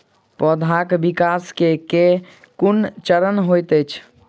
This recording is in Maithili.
पौधाक विकास केँ केँ कुन चरण हएत अछि?